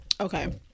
Okay